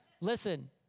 Listen